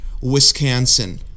Wisconsin